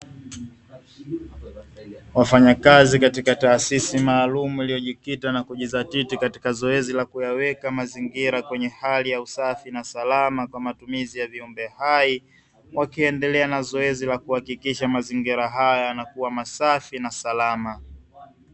Wafanyakazi katika taasisi maalumu iliyojikita na kujizatiti katika zoezi la kuyaweka mazingira kwenye hali ya usafi na salama kwa matumizi ya viumbe hai, wakiendelea na zoezi la kuhakikisha mazingira haya yanakua safi na salama.